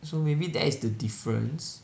so maybe that is the difference